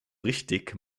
richtig